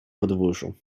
podwórzu